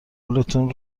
پولتون